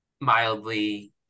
mildly –